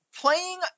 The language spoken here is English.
playing